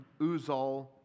Uzal